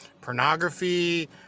Pornography